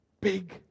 big